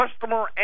customer